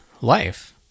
life